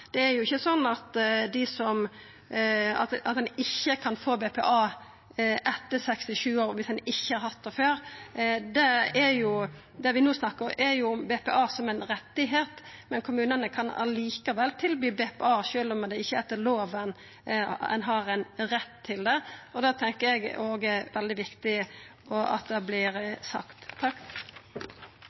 Det er ikkje sånn at ein ikkje kan få BPA etter 67 år om ein ikkje har hatt det før. Det vi no snakkar om, er BPA som ein rett. Kommunane kan tilby BPA sjølv om ein etter lova ikkje har ein rett til det. Eg tenkjer at det er veldig viktig at det vert sagt.